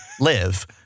live